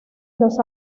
los